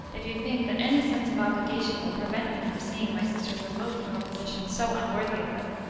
if you think that any sense of obligation would prevent me from seeing my sisters removed from a position so unworthy of them,